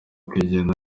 kwigenga